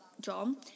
John